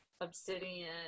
obsidian